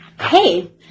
hey